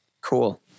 Cool